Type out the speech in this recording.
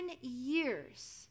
years